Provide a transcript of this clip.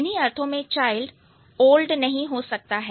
इन्हीं अर्थों में चाइल्ड ओल्ड नहीं हो सकता है